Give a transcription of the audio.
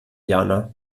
jana